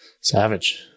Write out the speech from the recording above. Savage